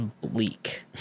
bleak